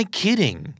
kidding